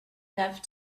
enough